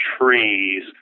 trees